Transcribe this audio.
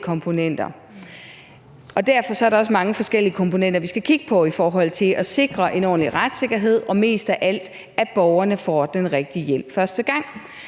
Derfor er der også mange forskellige komponenter, vi skal kigge på i forhold til at sikre en ordentlig retssikkerhed og mest af alt, at borgerne får den rigtige hjælp første gang.